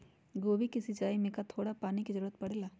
गोभी के सिचाई में का थोड़ा थोड़ा पानी के जरूरत परे ला?